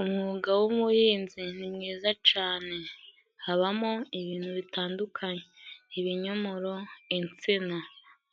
Umwuga w'umuhinzi ni mwiza cane. Habamo ibintu bitandukanye: ibinyomoro, insina.